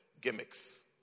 gimmicks